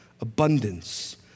abundance